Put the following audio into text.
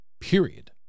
Period